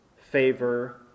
favor